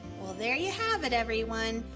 well there you have it, everyone,